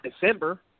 December